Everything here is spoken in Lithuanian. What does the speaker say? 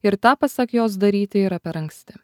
ir tą pasak jos daryti yra per anksti